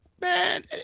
Man